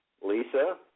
Lisa